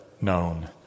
known